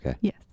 yes